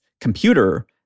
computer